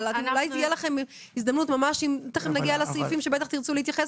מיד נגיע לסעיפים שתרצו להתייחס